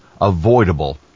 avoidable